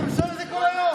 הוא מסתובב עם זה כל היום.